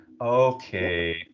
Okay